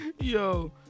Yo